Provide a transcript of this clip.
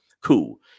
cool